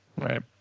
Right